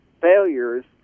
failures